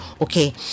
okay